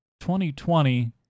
2020